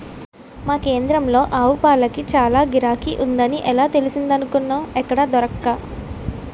మా కేంద్రంలో ఆవుపాలకి చాల గిరాకీ ఉందని ఎలా తెలిసిందనుకున్నావ్ ఎక్కడా దొరక్క